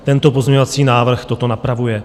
Tento pozměňovací návrh toto napravuje.